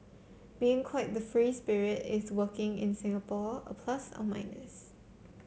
being quite the free spirit is working in Singapore a plus or a minus